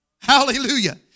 Hallelujah